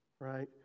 right